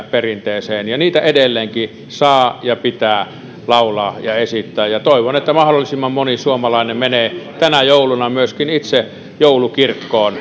perinteeseen ja niitä edelleenkin saa ja pitää laulaa ja esittää toivon että mahdollisimman moni suomalainen menee tänä jouluna myöskin itse joulukirkkoon